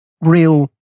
real